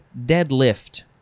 deadlift